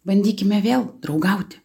bandykime vėl draugauti